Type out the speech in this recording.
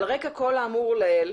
על רקע כל האמור לעיל